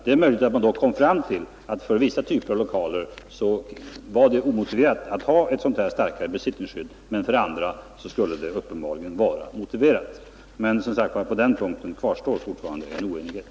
Det är möjligt att man då kommer fram till att för vissa typer av lokaler kan det vara omotiverat att ha ett sådant starkare besittningsskydd, men för andra skulle det uppenbarligen vara motiverat. Men, som sagt, på den punkten kvarstår fortfarande en oenighet.